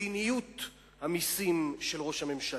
מדיניות המסים של ראש הממשלה.